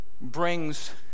brings